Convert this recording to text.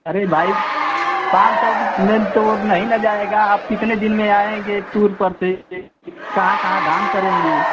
अरे भाई पाँच सौ में तो नहीं ना जाएगा आप कितने दिन में आएँगे टूर पर से कहाँ कहाँ धाम करेंगे